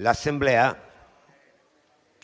l'Assemblea